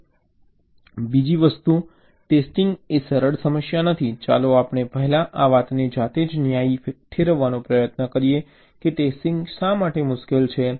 હવે બીજી વસ્તુ ટેસ્ટિંગ એ સરળ સમસ્યા નથી ચાલો આપણે પહેલા આ વાતને જાતે જ ન્યાયી ઠેરવવાનો પ્રયત્ન કરીએ કે ટેસ્ટિંગ શા માટે મુશ્કેલ છે